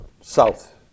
south